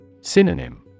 Synonym